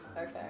Okay